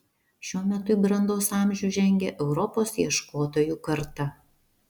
šiuo metu į brandos amžių žengia europos ieškotojų karta